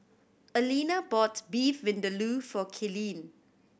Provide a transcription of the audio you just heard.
Alena bought Beef Vindaloo for Kaylene